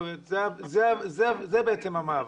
זה בעצם המאבק.